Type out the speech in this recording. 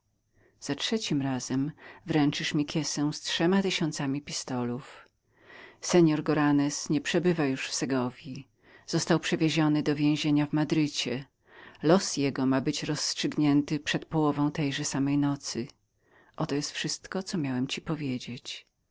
za trzecim razem wręczysz mi kiesę z trzema tysiącami pistolów seor goranez nie siedzi już w segowskiej wieży ale został przewiezionym do innego więzienia los jego ma być rozstrzygniętym przed połową tejże samej nocy oto jest wszystko co miałem ci powiedzieć